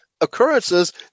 occurrences